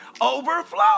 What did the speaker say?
Overflow